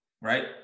right